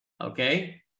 Okay